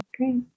Okay